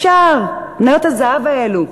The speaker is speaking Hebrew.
ישר מניות הזהב האלה,